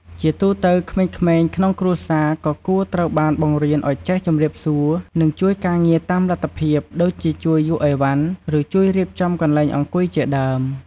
ជាទូទៅក្មេងៗក្នុងគ្រួសារក៏គួរត្រូវបានបង្រៀនឲ្យចេះជម្រាបសួរ និងជួយការងារតាមលទ្ធភាព ដូចជាជួយយួរឥវ៉ាន់ ឬជួយរៀបចំកន្លែងអង្គុយជាដើម។